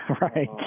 Right